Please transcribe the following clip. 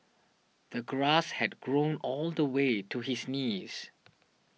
the grass had grown all the way to his knees